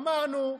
אמרנו,